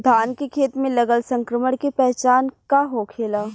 धान के खेत मे लगल संक्रमण के पहचान का होखेला?